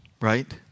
right